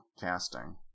casting